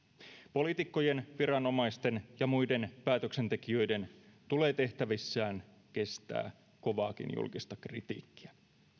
poliitikkojen viranomaisten ja muiden päätöksentekijöiden tulee tehtävissään kestää kovaakin julkista kritiikkiä